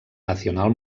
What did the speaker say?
nacional